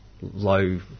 low